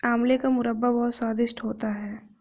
आंवले का मुरब्बा बहुत स्वादिष्ट होता है